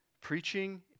preaching